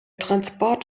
transport